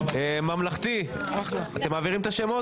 ממלכתי אתם מעבירים את השמות?